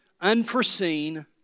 unforeseen